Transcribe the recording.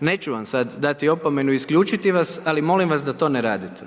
Neću vam sad dati opomenu i isključiti vas, ali molim vas da to ne radite.